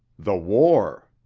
the war!